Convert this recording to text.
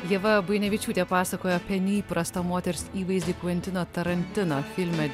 ieva buinevičiūtė pasakojo apie neįprastą moters įvaizdį kventino tarantino filme